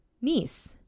niece